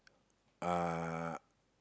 uh